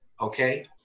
Okay